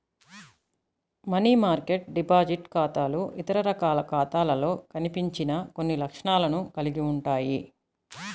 money market deposit ఖాతాలు ఇతర రకాల ఖాతాలలో కనిపించని కొన్ని లక్షణాలను కలిగి ఉంటాయి